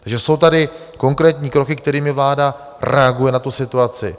Takže jsou tady konkrétní kroky, kterými vláda reaguje na situaci.